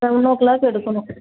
seven o'clock எடுக்கணும்